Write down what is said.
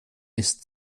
ist